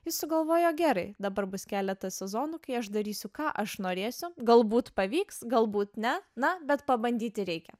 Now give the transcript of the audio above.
jis sugalvojo gerai dabar bus keletą sezonų kai aš darysiu ką aš norėsiu galbūt pavyks galbūt ne na bet pabandyti reikia